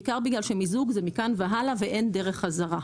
בעיקר בגלל שמיזוג זה מכאן והלאה ואין דרך חזרה.